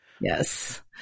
yes